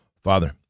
Father